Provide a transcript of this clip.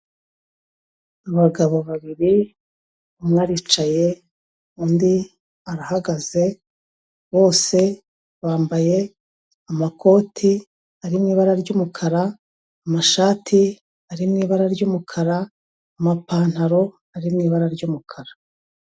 Abagabo babiri, umwe aricaye undi arahagaze, bose bambaye amakoti ari mu ibara ry'umukara, amashati ari mu ibara ry'umukara, amapantaro ari mu ibara ry'umukara.